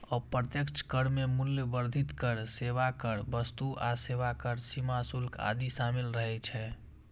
अप्रत्यक्ष कर मे मूल्य वर्धित कर, सेवा कर, वस्तु आ सेवा कर, सीमा शुल्क आदि शामिल रहै छै